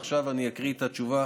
ועכשיו אני אקרא את התשובה,